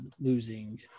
losing